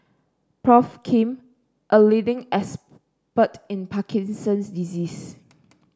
Prof Kim a leading expert in Parkinson's disease